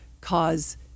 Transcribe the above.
cause